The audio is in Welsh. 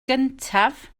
gyntaf